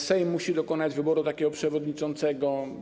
Sejm musi dokonać wyboru takiego przewodniczącego.